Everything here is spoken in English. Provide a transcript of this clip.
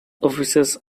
offices